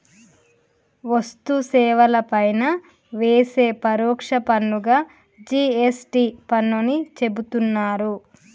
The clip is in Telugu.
వస్తు సేవల పైన వేసే పరోక్ష పన్నుగా జి.ఎస్.టి పన్నుని చెబుతున్నరు